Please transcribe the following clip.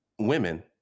Women